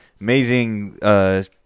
amazing